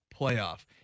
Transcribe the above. playoff